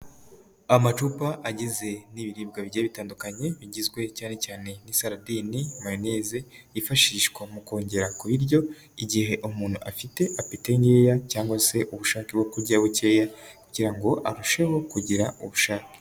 Amacupa agize n'ibiribwa bigiye bitandukanye bigizwe cyane cyane n'isaradini, mayoneze yifashishwa mu kongera ku biryo, igihe umuntu afite apeti nkeya cyangwa se ubushake bwo kurya bukeya kugira ngo arusheho kugira ubushake.